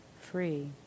Free